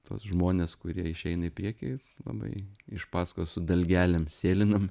tuos žmones kurie išeina į priekį labai iš pasakos su dalgelėm sėlinam